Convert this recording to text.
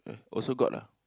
also got lah